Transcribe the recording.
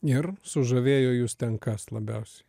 ir sužavėjo jus ten kas labiausiai